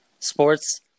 Sports